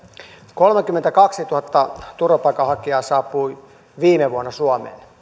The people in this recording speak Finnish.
kolmekymmentäkaksituhatta turvapaikanhakijaa saapui viime vuonna suomeen